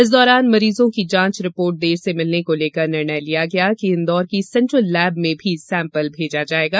इस दौरान मरीजों की जांच रिपोर्ट देर से मिलने को लेकर निर्णय लिया गया कि इंदौर की सेंट्रल लैब में भी सैंपल भेजा जाएगा